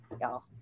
Y'all